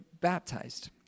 baptized